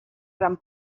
gran